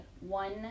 one